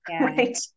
right